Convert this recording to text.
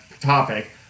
topic